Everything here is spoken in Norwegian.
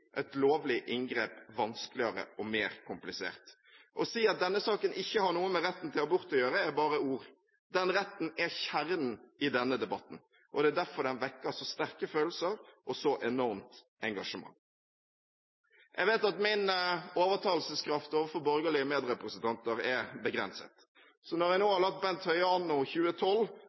et lovlig inngrep vanskeligere og mer komplisert. Å si at denne saken ikke har noe med retten til abort å gjøre, er bare ord. Den retten er kjernen i denne debatten. Det er derfor den vekker så sterke følelser og så enormt engasjement. Jeg vet at min overtalelseskraft overfor borgerlige medrepresentanter er begrenset. Når jeg nå har latt Bent Høie anno 2012